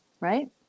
Right